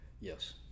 Yes